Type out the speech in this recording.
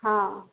हाँ